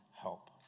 help